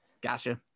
Gotcha